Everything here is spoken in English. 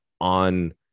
on